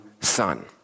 son